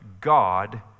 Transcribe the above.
God